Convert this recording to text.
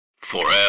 Forever